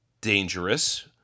dangerous